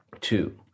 two